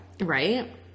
right